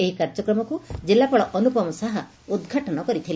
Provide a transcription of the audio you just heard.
ଏହି କାର୍ଯ୍ୟକ୍ରମକୁ ଜିଲ୍ଲାପାଳ ଅନୁପମ ଶାହା ଉଦ୍ଘାଟନ କରିଥିଲେ